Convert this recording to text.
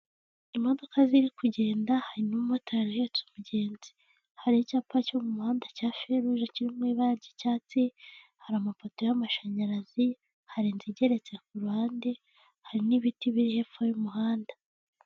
Imodoka ziri kugenda hari n'umu motari ahetse umugenzi, hari icyapa cyo mu muhanda cya feruje kirimo ibara ry'icyatsi, hari amapoto y'amashanyarazi, hari inzu igeretse ku ruhande, hari n'ibiti biri hepfo y'umuhanda.